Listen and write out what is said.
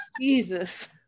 jesus